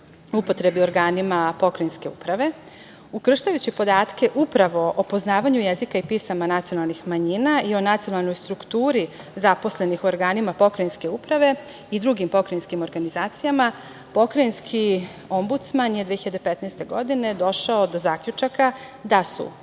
upotrebi u organima pokrajinske uprave. Ukrštajući podatke upravo o poznavanju jezika i pisama nacionalnih manjina i o nacionalnoj strukturi zaposlenih u organima pokrajinske uprave i drugim pokrajinskim organizacijama, Pokrajinski ombudsman je 2015. godine došao do zaključaka da su